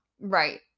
Right